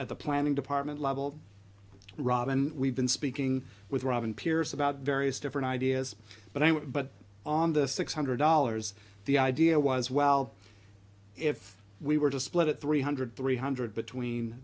at the planning department level robin we've been speaking with robin pierce about various different ideas but i don't but on the six hundred dollars the idea was well if we were to split it three hundred three hundred between